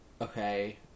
Okay